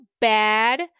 bad